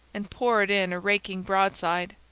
and poured in a raking broadside.